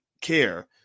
care